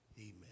Amen